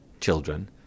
children